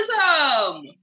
Capitalism